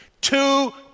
Two